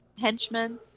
henchmen